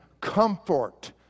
comfort